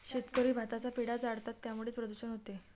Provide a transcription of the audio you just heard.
शेतकरी भाताचा पेंढा जाळतात त्यामुळे प्रदूषण होते